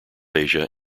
asia